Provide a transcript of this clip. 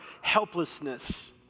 helplessness